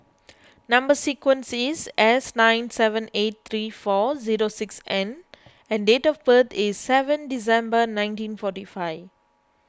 Number Sequence is S nine seven eight three four zero six N and date of birth is seven December nineteen forty five